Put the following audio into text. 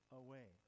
away